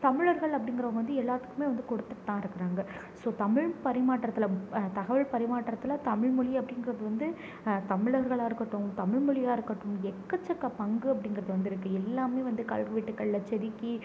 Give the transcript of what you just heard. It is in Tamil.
தமிழர்கள் அப்படிங்கிறவுங்க வந்து எல்லாத்துக்குமே வந்து கொடுத்துட்டு தான் இருக்கிறாங்க ஸோ தமிழ் பரிமாற்றத்தில் தகவல் பரிமாற்றத்தில் தமிழ்மொழி அப்படிங்கிறது வந்து தமிழர்களாக இருக்கட்டும் தமிழ்மொழியாக இருக்கட்டும் எக்கச்சக்க பங்கு அப்படிங்கிறது வந்து இருக்குது எல்லாமே வந்து கல்வெட்டுகள்ல செதுக்கி